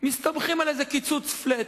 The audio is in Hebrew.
מסתמכים על קיצוץ flat.